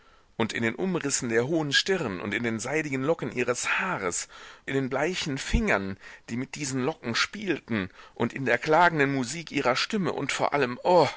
und in den umrissen der hohen stirn und in den seidigen locken ihres haares in den bleichen fingern die mit diesen locken spielten und in der klagenden musik ihrer stimme und vor allem